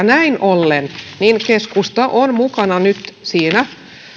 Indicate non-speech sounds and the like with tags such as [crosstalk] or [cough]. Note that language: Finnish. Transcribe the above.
[unintelligible] näin ollen keskusta on mukana nyt siinä